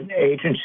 agencies